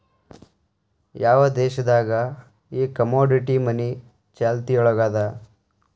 ಯಾವ್ ದೇಶ್ ದಾಗ್ ಈ ಕಮೊಡಿಟಿ ಮನಿ ಚಾಲ್ತಿಯೊಳಗದ?